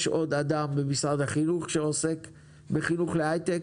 עוד אדם במשרד החינוך שעוסק בחינוך להייטק.